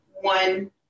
one